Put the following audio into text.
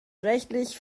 rechtlich